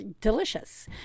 delicious